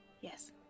Yes